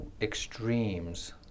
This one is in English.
extremes